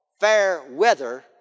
fair-weather